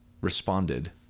responded